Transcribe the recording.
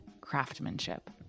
craftsmanship